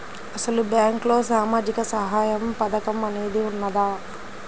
అసలు బ్యాంక్లో సామాజిక సహాయం పథకం అనేది వున్నదా?